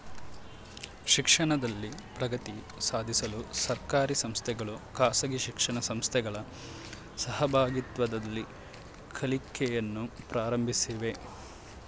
ಶಿಕ್ಷಣದಲ್ಲಿ ಪ್ರಗತಿ ಸಾಧಿಸಲು ಸರ್ಕಾರಿ ಸಂಸ್ಥೆಗಳು ಖಾಸಗಿ ಶಿಕ್ಷಣ ಸಂಸ್ಥೆಗಳ ಸಹಭಾಗಿತ್ವದಲ್ಲಿ ಕಲಿಕೆಯನ್ನು ಪ್ರಾರಂಭಿಸಿವೆ